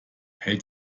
hält